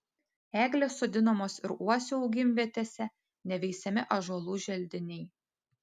eglės sodinamos ir uosių augimvietėse neveisiami ąžuolų želdiniai